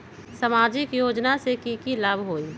सामाजिक योजना से की की लाभ होई?